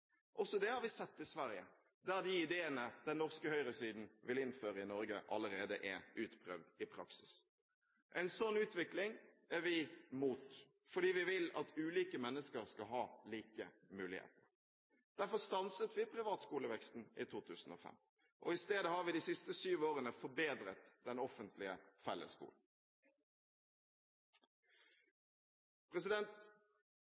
Også det har vi sett i Sverige, der de ideene den norske høyresiden vil innføre i Norge, allerede er utprøvd i praksis. En slik utvikling er vi imot, fordi vi vil at ulike mennesker skal ha like muligheter. Derfor stanset vi privatskoleveksten i 2005. I stedet har vi de siste syv årene forbedret den offentlige